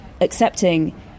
accepting